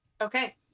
Okay